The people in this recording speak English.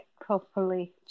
properly